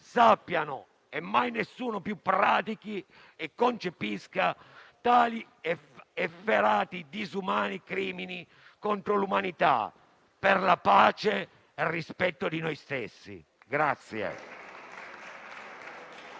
e mai nessuno più pratichi e concepisca tali efferati, disumani crimini contro l'umanità, per la pace e il rispetto di noi stessi.